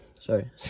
Sorry